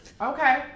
Okay